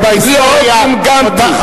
לא גמגמתי.